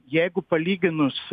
jeigu palyginus